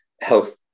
health